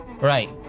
Right